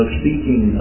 speaking